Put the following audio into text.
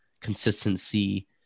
consistency